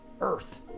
earth